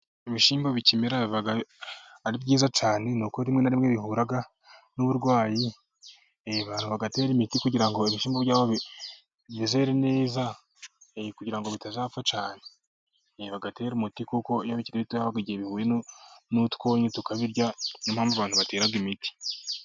Ibishimbo bikimera biba ari byiza cyane ni uko rimwe na rimwe bihura n'uburwayi, abantu bagatera imiti kugira ngo ibishyimbo byabo bizere neza, kugira ngo bitazapfa cyane, bagatera umuti kuko haba igihe bihuye n'utwonyi tukabirya. Ni yo impamvu abantu batera imiti.